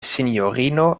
sinjorino